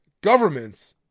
governments